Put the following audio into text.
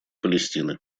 палестины